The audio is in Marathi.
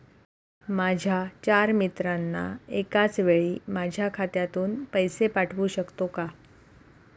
माझ्या चार मित्रांना एकाचवेळी माझ्या खात्यातून पैसे पाठवू शकतो का?